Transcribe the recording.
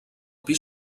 pis